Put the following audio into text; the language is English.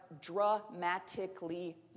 dramatically